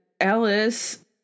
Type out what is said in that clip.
Alice